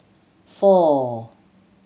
four